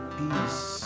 peace